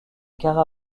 cara